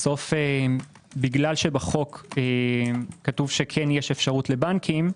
בגלל שבחוק כתוב שכן יש אפשרות לבנקים,